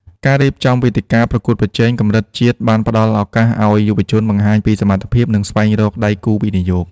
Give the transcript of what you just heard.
ការរៀបចំវេទិកាប្រកួតប្រជែងកម្រិតជាតិបានផ្ដល់ឱកាសឱ្យយុវជនបង្ហាញពីសមត្ថភាព និងស្វែងរកដៃគូវិនិយោគ។